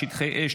שטחי אש,